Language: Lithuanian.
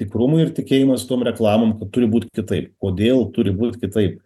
tikrumui ir tikėjimas tom reklamom kad turi būt kitaip kodėl turi būt kitaip